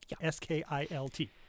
S-K-I-L-T